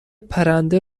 پرنده